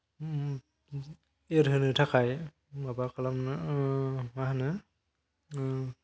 एरहोनो थाखाय माबा खालाम मा होनो